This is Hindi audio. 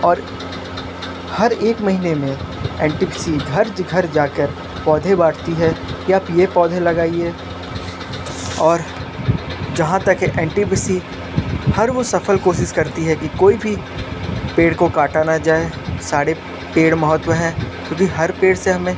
और हर एक महीने में एनटीपीसी घर ज घर जाकर पौधे बाँटती है कि आप ये पौधे लगाइए और जहां तक है एनटीपीसी हर वो सफल कोशिश करती है कि कोई भी पेड़ को काटा ना जाए सारे पेड़ महत्व हैं क्योकि हर पेड़ से हमें